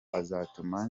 azatuma